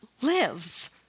lives